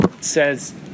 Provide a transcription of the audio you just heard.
says